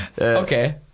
okay